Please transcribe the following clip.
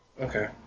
Okay